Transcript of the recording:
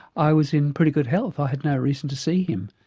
i was in pretty good health, i had no reason to see him.